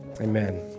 amen